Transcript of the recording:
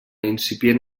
incipient